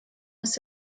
ist